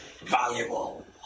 Valuable